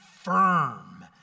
firm